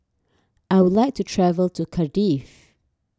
I would like to travel to Cardiff